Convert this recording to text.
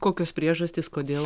kokios priežastys kodėl